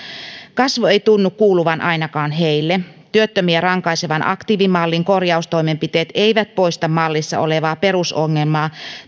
kasvu ei tunnu kuuluvan ainakaan heille työttömiä rankaisevan aktiivimallin korjaustoimenpiteet eivät poista mallissa olevaa perusongelmaa